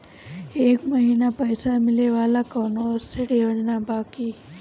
हर महीना पइसा मिले वाला कवनो ऋण योजना बा की?